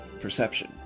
perception